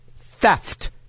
theft